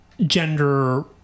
gender